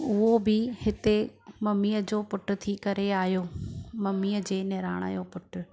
उहो बि हिते ममीअ जो पुट थी करे आहियो ममीअ जे निणान जो पुटु